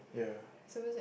yeah